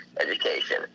education